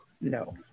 No